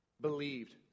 believed